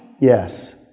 Yes